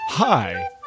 Hi